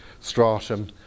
stratum